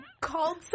called